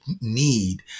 need